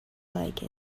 like